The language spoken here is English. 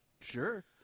Sure